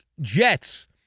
Jets